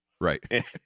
Right